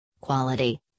Quality